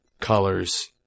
colors